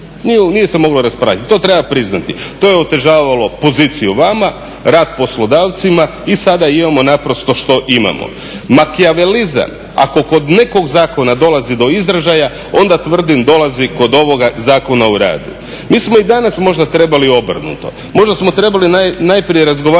nije se moglo raspravljati, to treba priznati, to je otežavalo poziciju vama, rad poslodavcima i sada imamo naprosto što imamo. Makijavelizam, ako kod nekog zakona dolazi do izražaja onda tvrdim dolazi kod ovoga Zakona o radu. Mi smo i danas možda trebali obrnuto, možda smo trebali najprije razgovarati